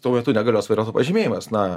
tuo metu negalios valios pažymėjimas na